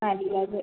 നല്ലത്